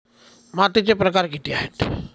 मातीचे प्रकार किती आहेत?